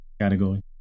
category